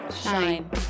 shine